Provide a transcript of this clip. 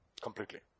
Completely